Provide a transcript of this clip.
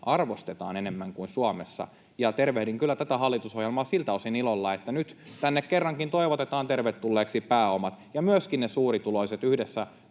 arvostetaan enemmän kuin Suomessa. Tervehdin kyllä tätä hallitusohjelmaa siltä osin ilolla, että nyt tänne kerrankin toivotetaan tervetulleeksi pääomat ja myöskin ne suurituloiset yhdessä